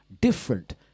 different